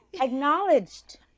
Acknowledged